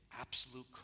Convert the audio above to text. absolute